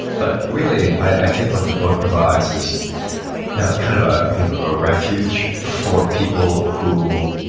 but really i think what the book provides is kind of ah kind of a refuge for people who,